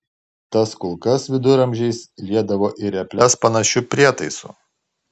tas kulkas viduramžiais liedavo į reples panašiu prietaisu